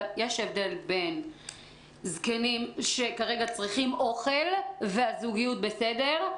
הבדל בין זקנים שכרגע צריכים אוכל והזוגיות בסדר,